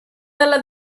dalla